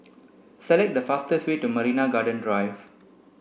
select the fastest way to Marina Garden Drive